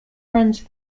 runs